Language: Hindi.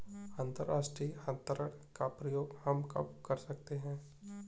अंतर्राष्ट्रीय अंतरण का प्रयोग हम कब कर सकते हैं?